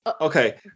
Okay